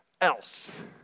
else